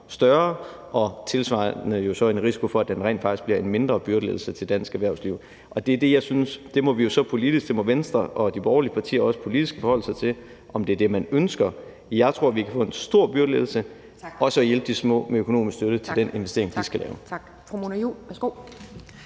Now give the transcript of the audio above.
større, og tilsvarende er der så en risiko for, at det rent faktisk bliver en mindre byrdelettelse til dansk erhvervsliv. Og det er jo det, jeg synes at vi politisk, også Venstre og de borgerlige partier, må forholde os til, nemlig om det er det, man ønsker. Jeg tror, vi kan få en stor lettelse, også ved at hjælpe de små med økonomisk støtte til den investering, de skal lave.